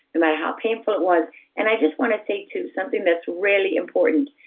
no matter how painful it was and i just want to say too, something that's really important.